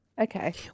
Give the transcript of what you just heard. Okay